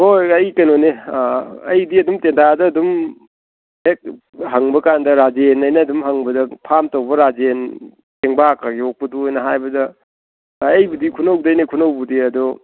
ꯍꯣꯏ ꯑꯩ ꯀꯩꯅꯣꯅꯦ ꯑꯩꯗꯤ ꯑꯗꯨꯝ ꯇꯦꯟꯊꯥꯗ ꯑꯗꯨꯝ ꯍꯦꯛ ꯍꯪꯕꯀꯥꯟꯗ ꯔꯥꯖꯦꯟ ꯍꯥꯏꯅ ꯑꯗꯨꯝ ꯍꯪꯕꯗ ꯐꯥꯔꯝ ꯇꯧꯕ ꯔꯥꯖꯦꯟ ꯄꯦꯡꯕꯥꯀ ꯌꯣꯛꯄꯗꯨ ꯍꯥꯏꯅ ꯍꯥꯏꯕꯗ ꯑꯩꯕꯨꯗꯤ ꯈꯨꯟꯅꯧꯗꯩꯅꯦ ꯈꯨꯟꯅꯧꯕꯨꯗꯤ ꯑꯗꯣ